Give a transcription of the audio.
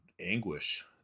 anguish